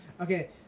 Okay